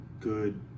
good